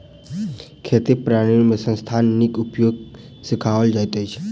खेती प्रणाली में संसाधनक नीक उपयोग सिखाओल जाइत अछि